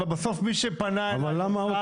אבל בסוף מי שפנה אליי הוא השר,